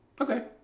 Okay